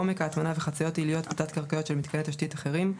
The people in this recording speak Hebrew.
עומק ההטמנה וחציות עיליות ותת־קרקעיות של מיתקני תשתית אחרים,